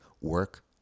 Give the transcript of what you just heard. Work